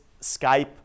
Skype